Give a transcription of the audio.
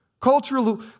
cultural